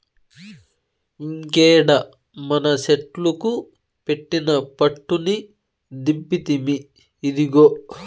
ఇంకేడ మనసెట్లుకు పెట్టిన పట్టుని దింపితిమి, ఇదిగో